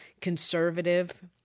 conservative